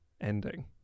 ending